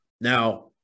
Now